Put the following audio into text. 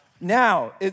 Now